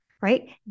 right